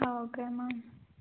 okay ma'am